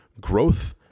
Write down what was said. growth